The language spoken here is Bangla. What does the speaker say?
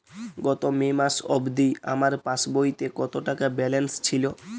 গত মে মাস অবধি আমার পাসবইতে কত টাকা ব্যালেন্স ছিল?